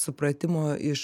supratimo iš